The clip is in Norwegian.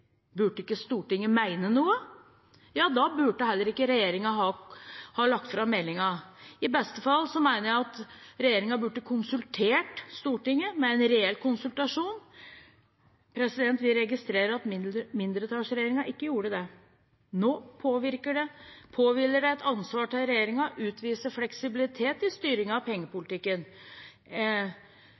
Burde ikke Stortinget mene noe? Ja, da burde heller ikke regjeringen ha lagt fram meldingen. I beste fall mener jeg at regjeringen burde konsultert Stortinget med en reell konsultasjon. Vi registrerer at mindretallsregjeringen ikke gjorde det. Nå påhviler det regjeringen et ansvar for å utvise fleksibilitet i styringen av pengepolitikken.